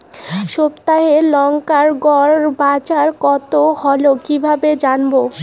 সপ্তাহে লংকার গড় বাজার কতো হলো কীকরে জানবো?